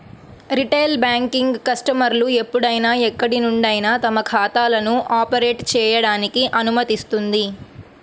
retail banking కస్టమర్లు ఎప్పుడైనా ఎక్కడి నుండైనా తమ ఖాతాలను ఆపరేట్ చేయడానికి అనుమతిస్తుంది